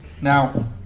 Now